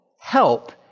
help